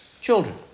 children